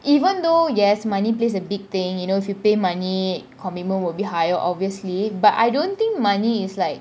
even though yes money plays a big thing you know if you pay money commitment will be higher obviously but I don't think money is like